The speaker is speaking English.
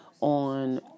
on